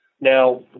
Now